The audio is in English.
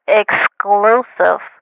exclusive